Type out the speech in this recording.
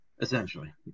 Essentially